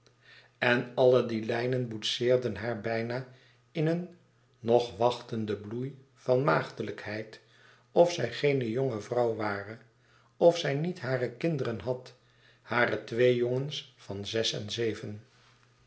en alle die lijnen boetseerden haar bijna in een nog wachtenden bloei van maagdelijkheid of zij geene jonge vrouw ware of zij niet hare kinderen had hare twee jongens van zes en zeven